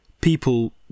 people